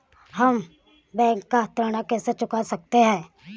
हम बैंक का ऋण कैसे चुका सकते हैं?